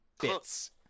bits